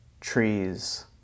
trees